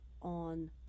on